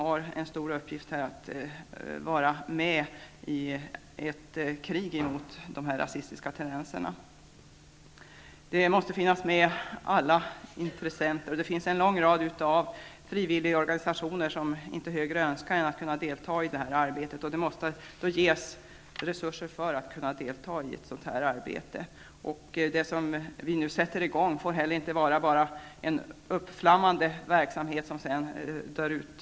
Vi måste vara med i ett krig mot de rasistiska tendenserna. Alla intressenter måste vara med. En lång rad frivilliga organisationer önskar inget högre än att få vara med i det här arbetet, och därför måste det också ställas resurser till förfogande. Det vi nu sätter i gång får inte heller bara bli en uppflammande verksamhet som sedan dör ut.